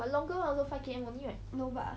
but longer [one] also five K_M only right